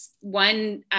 one